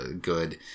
good